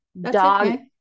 dog